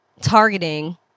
targeting